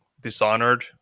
Dishonored